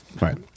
Right